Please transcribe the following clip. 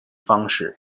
方式